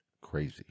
crazy